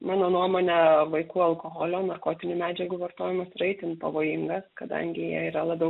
mano nuomone vaikų alkoholio narkotinių medžiagų vartojimas yra itin pavojingas kadangi jie yra labiau